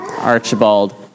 Archibald